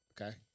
Okay